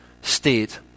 state